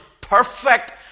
perfect